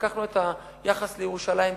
לקחנו את היחס לירושלים כמיקרוקוסמוס.